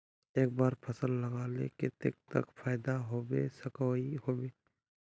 एक बार फसल लगाले कतेक तक फायदा होबे सकोहो होबे?